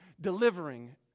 delivering